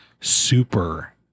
super